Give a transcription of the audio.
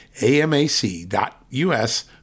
AMAC.US